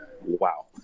wow